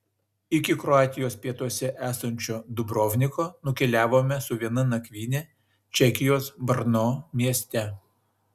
iki kroatijos pietuose esančio dubrovniko nukeliavome su viena nakvyne čekijos brno mieste